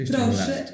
Proszę